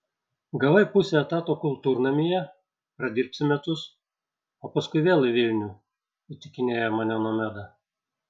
gavai pusę etato kultūrnamyje pradirbsi metus o paskui vėl į vilnių įtikinėja mane nomeda